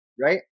right